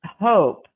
hope